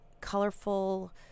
colorful